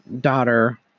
daughter